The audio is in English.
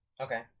Okay